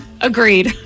Agreed